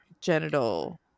genital